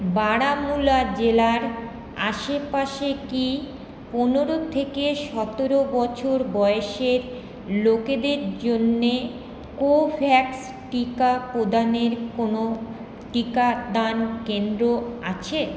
বারামুল্লা জেলার আশেপাশে কি পনেরো থেকে সতেরো বছর বয়সের লোকেদের জন্য কোভোভ্যাক্স টিকা প্রদানের কোনও টিকাদান কেন্দ্র আছে